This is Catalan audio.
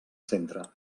centre